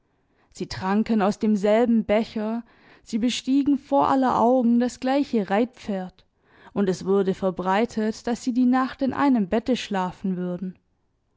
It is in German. sie tranken aus demselben becher sie bestiegen vor aller augen das gleiche reitpferd und es wurde verbreitet daß sie die nacht in einem bette schlafen würden